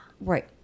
Right